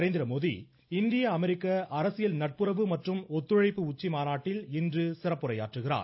நரேந்திரமோதி இந்திய அமெரிக்க அரசியல் நட்புறவு மற்றும் ஒத்துழைப்பு உச்சிமாநாட்டில் இன்று சிறப்புரை ஆற்றுகிறார்